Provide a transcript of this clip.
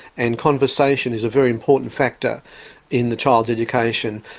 and conversation is a very important factor in the child's education,